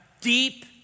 deep